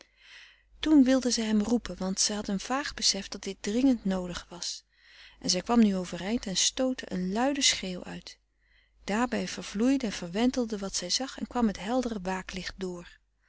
toen wilde zij hem roepen want zij had een vaag besef dat dit dringend noodig was en zij kwam nu overeind en stootte een luiden schreeuw uit daarbij vervloeide en verwentelde wat zij zag en kwam het heldere waaklicht dr